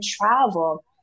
travel